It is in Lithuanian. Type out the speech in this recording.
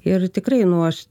ir tikrai nu aš